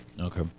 Okay